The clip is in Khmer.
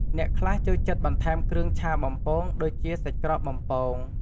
អ្នកខ្លះចូលចិត្តបន្ថែមគ្រឿងឆាបំពង ដូចជាសាច់ក្រកបំពង។